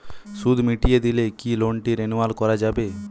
সুদ মিটিয়ে দিলে কি লোনটি রেনুয়াল করাযাবে?